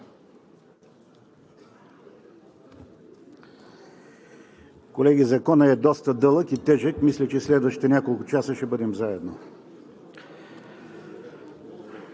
Колеги, Законът е доста дълъг и тежък и мисля, че следващите няколко часа ще бъдем заедно.